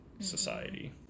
society